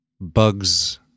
Bugs